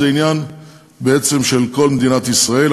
זה עניין של כל מדינת ישראל,